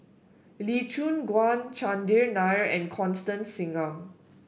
Lee Choon Guan Chandran Nair and Constance Singam